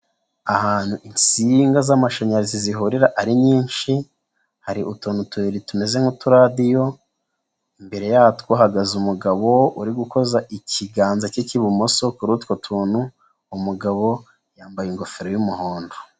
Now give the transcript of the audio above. Ahantu insinga z'amashanyarazi zihurira ari nyinshi, hari utuntu tubiri tumeze nk'uturadiyo, imbere yatwo hahagaze umugabo uri gukoza ikiganza cye cy'ibumoso kuri utwo tuntu, umugabo yambaye ingofero y'umuhondo.